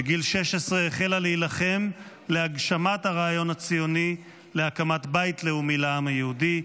בגיל 16 החלה להילחם להגשמת הרעיון הציוני להקמת בית לאומי לעם היהודי.